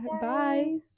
bye